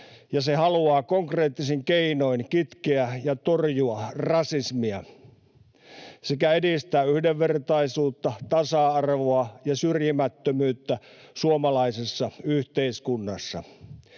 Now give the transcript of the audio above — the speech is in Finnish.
ja se haluaa konkreettisin keinoin kitkeä ja torjua rasismia sekä edistää yhdenvertaisuutta, tasa-arvoa ja syrjimättömyyttä suomalaisessa yhteiskunnassa.